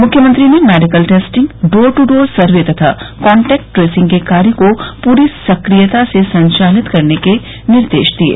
मुख्यमंत्री ने medical testing door to door survey तथा कांटैक्ट ट्रेसिंग के कार्य को पूरी सक्रियता से संचालित करने के निर्देश दिये